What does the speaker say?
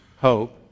hope